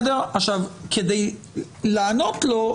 כדי לענות לו,